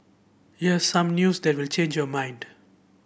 here's some news that will change your mind